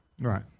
Right